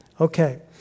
Okay